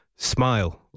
Smile